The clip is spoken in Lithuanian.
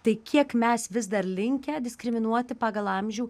tai kiek mes vis dar linkę diskriminuoti pagal amžių